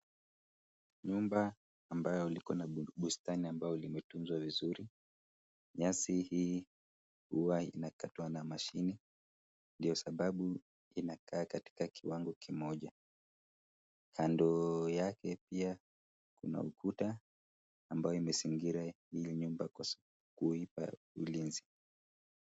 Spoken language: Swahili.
Nyumba ambayo liko na bustani ambayo limetunzwa vizuri. Nyasi hii huwa inakatwa na mashini, ndiyo sababu inakaa katika kiwango kimoja. Kando yake pia kuna ukuta ambao umezingira hilo nyumba kwa kuipa ulinzi.